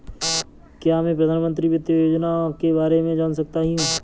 क्या मैं प्रधानमंत्री वित्त योजना के बारे में जान सकती हूँ?